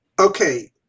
Okay